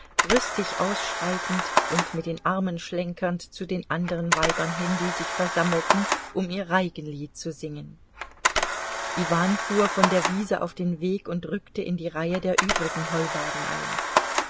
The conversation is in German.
rüstig ausschreitend und mit den armen schlenkernd zu den andern weibern hin die sich versammelten um ihr reigenlied zu singen iwan fuhr von der wiese auf den weg und rückte in die reihe der übrigen heuwagen ein